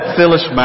Phyllis